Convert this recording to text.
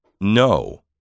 No